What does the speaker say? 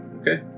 Okay